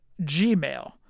gmail